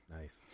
Nice